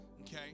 okay